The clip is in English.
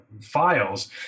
files